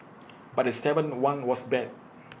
but the Seven one was bad